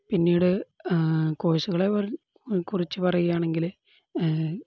പിന്നീട് ആ കോഴ്സുകളെക്കുറിച്ചു പറയുകയാണെങ്കില്